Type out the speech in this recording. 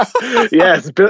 Yes